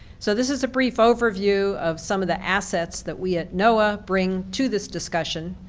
so this is a brief overview of some of the assets that we at noaa bring to this discussion,